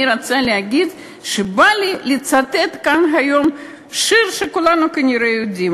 אני רוצה להגיד שבא לי לצטט כאן היום שיר שכולנו כנראה יודעים,